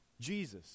Jesus